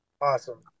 awesome